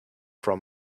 for